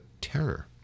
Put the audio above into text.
terror